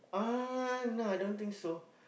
uh no I don't think so